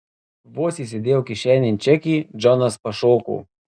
vos įsidėjau kišenėn čekį džonas pašoko